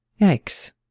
Yikes